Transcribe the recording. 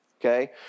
okay